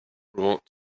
brought